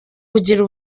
kugira